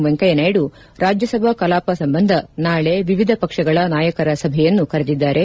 ವೆಂಕಯ್ಲನಾಯ್ತು ರಾಜ್ಲಸಭಾ ಕಲಾಪ ಸಂಬಂಧ ನಾಳೆ ವಿವಿಧ ಪಕ್ಷಗಳ ನಾಯಕರ ಸಭೆಯನ್ನು ಕರೆದಿದ್ದಾರೆ